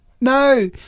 No